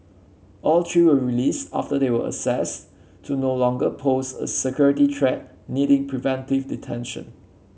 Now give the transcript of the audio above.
all three were released after they were assessed to no longer pose a security threat needing preventive detention